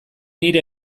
nire